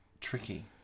Tricky